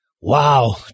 wow